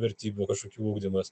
vertybių kažkokių ugdymas